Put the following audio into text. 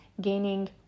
gaining